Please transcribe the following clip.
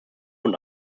und